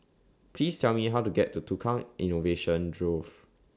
Please Tell Me How to get to Tukang Innovation Grove